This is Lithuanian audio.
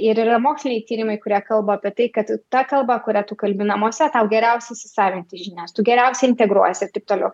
ir yra moksliniai tyrimai kurie kalba apie tai kad ta kalba kuria tu kalbi namuose tau geriausiai įsisavinti žinias tu geriausiai integruojiesi ir taip toliau